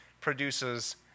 produces